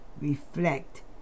reflect